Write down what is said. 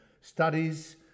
studies